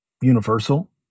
universal